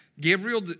Gabriel